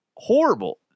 Horrible